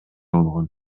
болгон